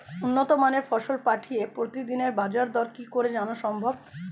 উন্নত মানের ফসল পাঠিয়ে প্রতিদিনের বাজার দর কি করে জানা সম্ভব?